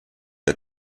der